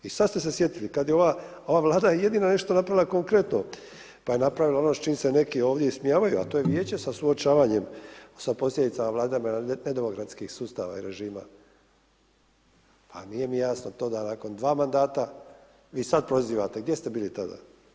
I sad ste se sjetili kada je ova Vlada jedino nešto napravila konkretno, pa je napravila ono s čim se neki ovdje ismijavaju, a to je Vijeće sa suočavanjem, sa posljedicama Vladama nedemokratskih sustava i režima, a nije mi jasno to da nakon dva mandata, vi sad prozivate, gdje ste bili tada?